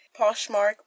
Poshmark